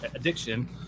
Addiction